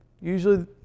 usually